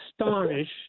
astonished